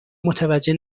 متوجه